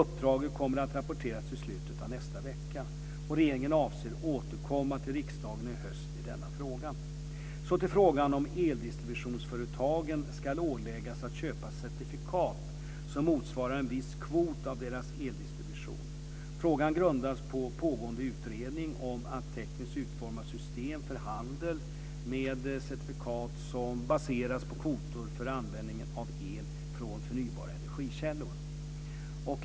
Uppdraget kommer att rapporteras i slutet av nästa vecka. Regeringen avser att återkomma till riksdagen i höst i denna fråga. Så till frågan om eldistributionsföretagen ska åläggas att köpa certifikat som motsvarar en viss kvot av deras eldistribution. Frågan grundas på pågående utredning om att tekniskt utforma ett system för handel med certifikat som baseras på kvoter för användningen av el från förnybara energikällor .